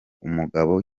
umugabo